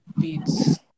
beats